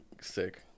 sick